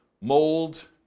mold